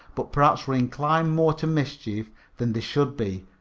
but perhaps were inclined more to mischief than they should be.